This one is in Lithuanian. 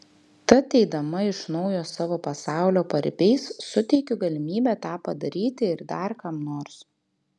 tad eidama iš naujo savo pasaulio paribiais suteikiu galimybę tą padaryti ir dar kam nors